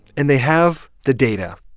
and they have the data